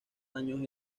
años